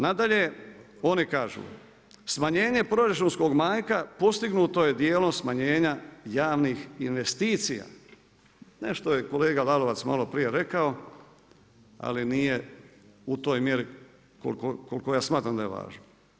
Nadalje, oni kažu. “Smanjenje proračunskog manjka postignuto je dijelom smanjenja javnih investicija.“ Nešto je kolega Lalovac malo prije rekao ali nije u toj mjeri koliko ja smatram da je važno.